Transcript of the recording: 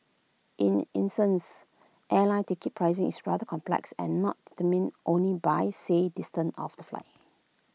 in essence airline ticket pricing is rather complex and not determined only by say distance of the flight